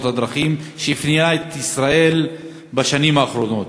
הדרכים שאפיינה את ישראל בשנים האחרונות.